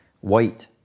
White